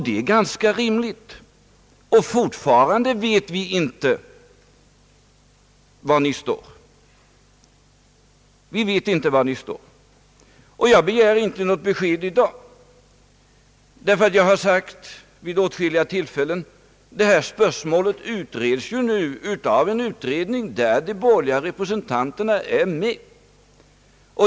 Det är ganska rimligt, om man så gör. Fortfarande vet vi inte var ni står. Jag begär inte något besked i dag, eftersom — och det har jag sagt vid åtskilliga tillfällen — detta spörsmål för närvarande utreds av en utredning där de borgerliga representanterna är med.